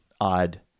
odd